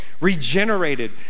regenerated